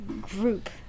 group